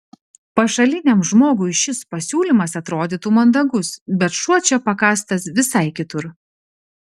pašaliniam žmogui šis pasiūlymas atrodytų mandagus bet šuo čia pakastas visai kitur